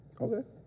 Okay